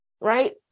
right